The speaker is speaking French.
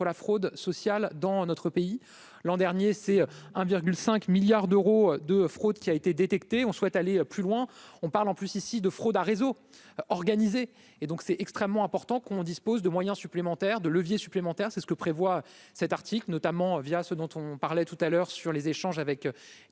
la fraude sociale dans notre pays l'an dernier, c'est 1,5 milliards d'euros de fraude qui a été détecté, on souhaite aller plus loin, on parle en plus ici de fraude à réseau organisé et donc c'est extrêmement important qu'on dispose de moyens supplémentaires de levier supplémentaire, c'est ce que prévoit cet article notamment via ce dont on parlait tout à l'heure sur les échanges avec